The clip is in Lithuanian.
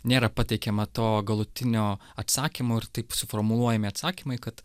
nėra pateikiama to galutinio atsakymo ir taip suformuluojami atsakymai kad